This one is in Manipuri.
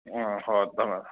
ꯎꯝ ꯍꯣꯏ ꯊꯝꯃꯒꯦ